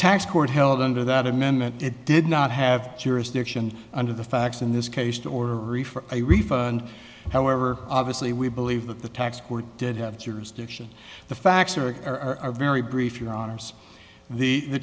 tax court held under that amendment it did not have jurisdiction under the facts in this case to order re for a refund however obviously we believe that the tax court did have jurisdiction the facts are are very brief your honour's the t